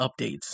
updates